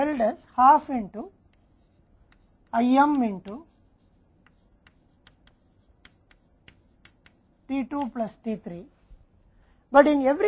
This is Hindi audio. इसलिए कुल इन्वेंट्री को IM में t 2 से अधिक t 3 में विभाजित किया गया है